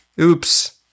Oops